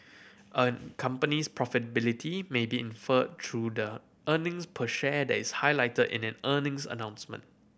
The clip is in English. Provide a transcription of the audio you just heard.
a company's profitability may be inferred through the earnings per share that is highlighted in an earnings announcement